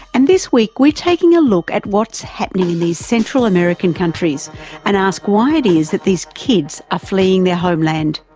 and this week we're taking a look at what's happening in these central american countries and ask why it is that these kids ah fleeing their home land.